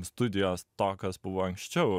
studijos to kas buvo anksčiau